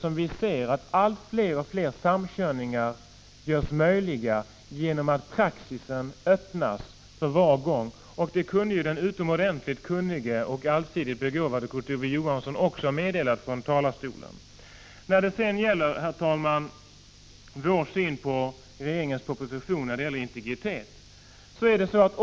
På det viset görs allt fler samkörningar möjliga — genom att praxis öppnas för var gång. Det kunde den utomordentligt kunnige och allsidigt begåvade Kurt Ove Johansson också ha meddelat från talarstolen. Sedan till vår syn på regeringens proposition när det gäller integritet.